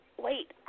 wait